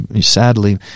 Sadly